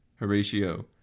Horatio